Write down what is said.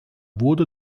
wurde